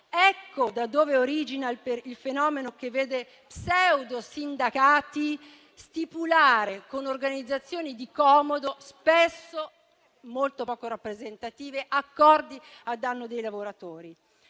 da lì origina il fenomeno che vede pseudo-sindacati stipulare con organizzazioni di comodo, spesso molto poco rappresentative, accordi a danno dei lavoratori.